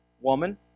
Woman